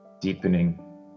Deepening